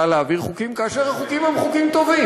להעביר חוקים כאשר החוקים הם חוקים טובים.